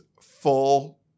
full